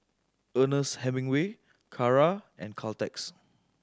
Ernest Hemingway Kara and Caltex